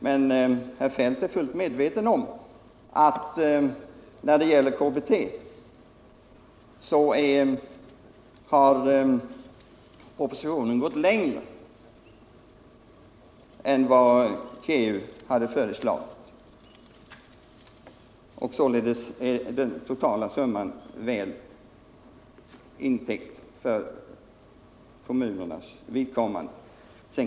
Men Kjell-Olof Feldt är fullt medveten om att beträffande KBT har oppositionen gått längre än vad KEU hade föreslagit. Således är den totala summan väl intäckt för kommunernas vidkommande.